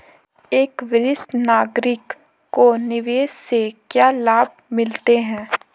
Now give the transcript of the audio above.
एक वरिष्ठ नागरिक को निवेश से क्या लाभ मिलते हैं?